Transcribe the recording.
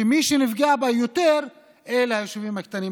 שמי שנפגעו בה יותר אלה היישובים הקטנים.